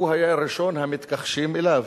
הוא היה ראשון המתכחשים אליו.